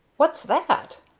what's that?